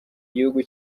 gihugu